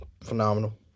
Phenomenal